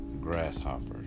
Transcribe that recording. grasshoppers